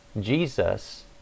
Jesus